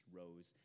rose